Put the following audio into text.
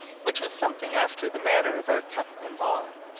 which was something after the manner of our cup and ball,